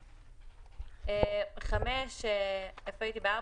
יחידים השוהים יחד במקום מגורים או במקום שהייה קבוע אחר